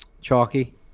Chalky